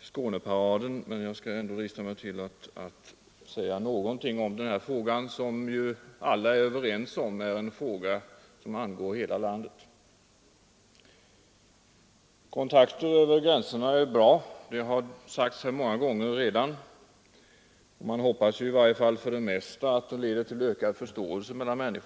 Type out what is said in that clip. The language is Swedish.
Skåneparaden men jag skall ändå drista mig till att säga någonting om denna fråga, som ju alla är överens om angår hela landet. Kontakter över gränserna är bra — det har sagts här många gånger redan — och man hoppas ju i varje fall för det mesta att det leder till ökad förståelse mellan människor.